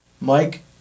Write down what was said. Mike